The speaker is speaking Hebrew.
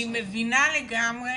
אני מבינה לגמרי